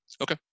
Okay